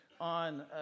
on